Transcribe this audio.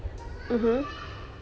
mmhmm